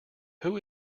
who